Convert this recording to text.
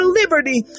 liberty